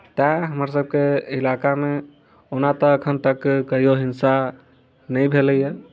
तैँ हमरसभके इलाकामे ओना तऽ एखन तक कहियो हिंसा नहि भेलैए